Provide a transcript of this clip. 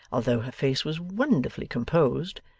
although her face was wonderfully composed,